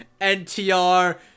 NTR